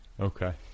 Okay